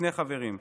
שני חברים,